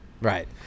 Right